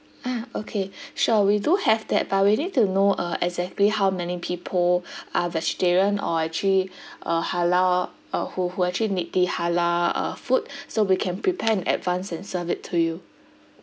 ah okay sure we do have that but we need to know uh exactly how many people are vegetarian or actually uh halal uh who who actually need the halal uh food so we can prepare in advance and serve it to you